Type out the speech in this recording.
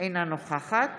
אינה נוכחת